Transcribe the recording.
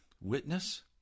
witness